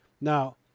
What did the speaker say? Now